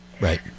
Right